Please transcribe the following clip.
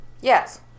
Yes